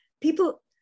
People